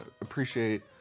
appreciate